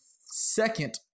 second